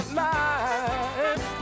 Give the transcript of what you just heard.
life